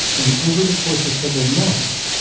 and over the course of several months,